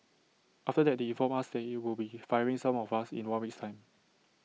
after that they informed us they would be firing some of us in one week's time